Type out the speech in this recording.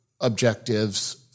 objectives